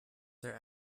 their